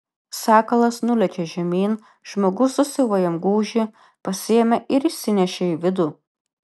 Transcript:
sakalas nulėkė žemyn žmogus susiuvo jam gūžį pasiėmė ir įsinešė į vidų